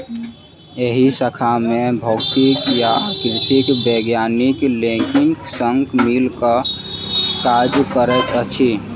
एहि शाखा मे भौतिकी आ कृषिक वैज्ञानिक लोकनि संग मिल क काज करैत छथि